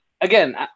again